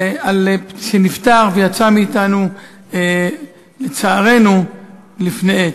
שנפטר ויצא מאתנו, לצערנו, לפני עת: